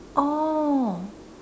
oh